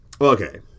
Okay